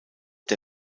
von